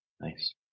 Nice